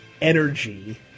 energy